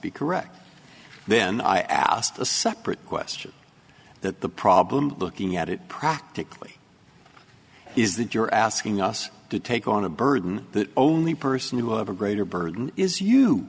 be correct then i asked a separate question that the problem looking at it practically is that you're asking us to take on a burden that only person who have a greater burden is you